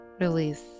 Release